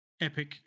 Epic